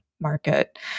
market